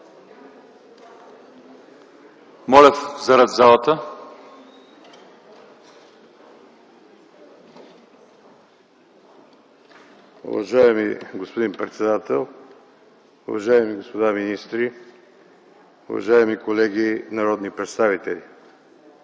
БОЖИНОВ (КБ): Уважаеми господин председател, уважаеми господа министри, уважаеми колеги народни представители!